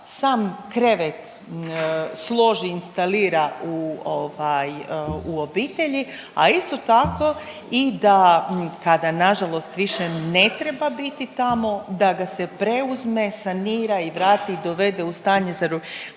sam krevet složi i instalira u ovaj u obitelji, a isto tako i da kada nažalost više ne treba biti tamo da ga se preuzme, sanira i vrati i dovede u stanje…/Govornik